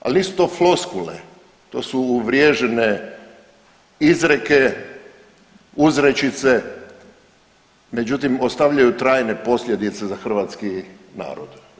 Ali nisu to floskule to su uvriježene izreke, uzrečice međutim ostavljaju trajne posljedice za hrvatski narod.